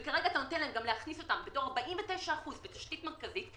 אתה מאפשר להיכנס ב-49% בתשתית מרכזית.